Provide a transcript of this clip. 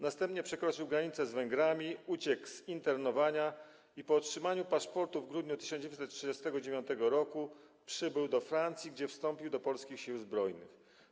Następnie przekroczył granicę z Węgrami, uciekł z internowania i po otrzymaniu paszportu w grudniu 1939 r. przybył do Francji, gdzie wstąpił do Polskich Sił Zbrojnych.